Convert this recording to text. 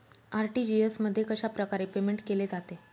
RTGS मध्ये कशाप्रकारे payment केले जाते?